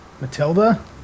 Matilda